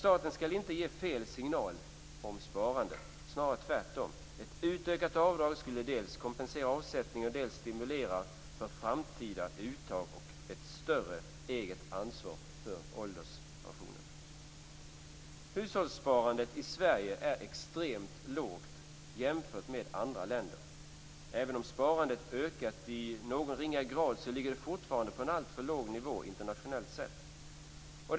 Staten skall inte ge fel signal om sparandet. Ett utökat avdrag skulle tvärtom dels kompensera avsättningen, dels stimulera för framtida uttag och ett större eget ansvar för ålderspensionen. Hushållssparandet i Sverige är extremt lågt jämfört med andra länder. Även om sparandet ökat i någon ringa grad ligger det fortfarande på en alltför låg nivå internationellt sett.